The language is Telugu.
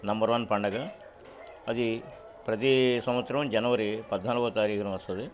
నెంబర్ వన్ పండగ అది ప్రతి సంవత్సరం జనవరి పద్నాలుగవ తారీఖున వస్తుంది